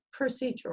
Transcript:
procedural